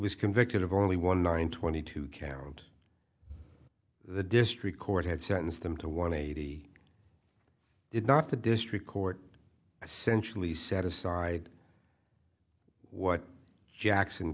was convicted of only one hundred twenty two count the district court had sentenced him to one eighty if not the district court essentially set aside what jackson